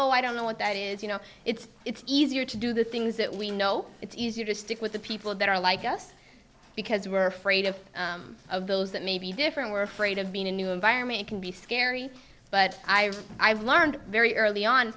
oh i don't know what that is you know it's it's easier to do the things that we know it's easier to stick with the people that are like us because we're afraid of of those that may be different we're afraid of being a new environment it can be scary but i've learned very early on